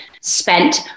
spent